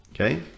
Okay